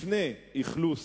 לפני אכלוס